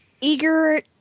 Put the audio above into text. Eager